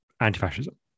anti-fascism